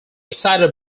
excited